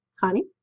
Honey